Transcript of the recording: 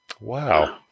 Wow